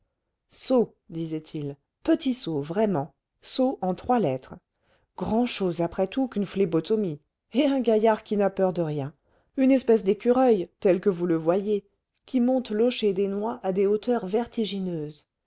disait-il petit sot vraiment sot en trois lettres grand-chose après tout qu'une phlébotomie et un gaillard qui n'a peur de rien une espèce d'écureuil tel que vous le voyez qui monte locher des noix à des hauteurs vertigineuses